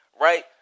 right